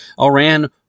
Iran